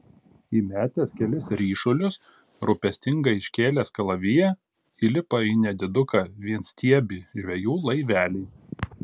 įmetęs kelis ryšulius rūpestingai iškėlęs kalaviją įlipa į nediduką vienstiebį žvejų laivelį